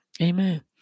Amen